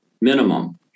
minimum